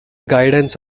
guidance